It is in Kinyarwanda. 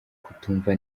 kutumva